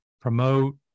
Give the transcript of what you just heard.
promote